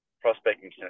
prospecting